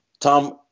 Tom